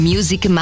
Music